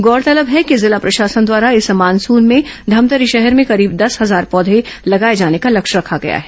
गौरतलब है कि जिला प्रशासन द्वारा इस मानसून में धमतरी शहर में करीब दस हजार पौधे लगाए जाने का लक्ष्य रखा गया है